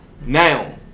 now